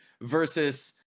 versus